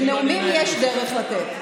לנאומים יש דרך לתת.